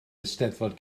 eisteddfod